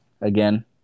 again